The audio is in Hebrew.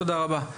תודה רבה.